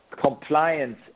compliance